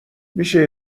میشه